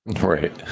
Right